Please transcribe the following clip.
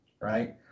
right